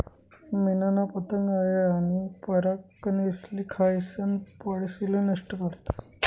मेनना पतंग आया आनी परागकनेसले खायीसन पोळेसले नष्ट करतस